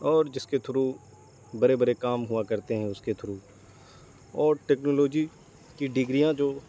اور جس کے تھرو بڑے برے کام ہوا کرتے ہیں اس کے تھرو اور ٹیکنالوجی کی ڈگریاں جو